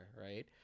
Right